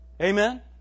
Amen